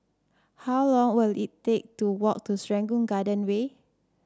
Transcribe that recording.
how long will it take to walk to Serangoon Garden Way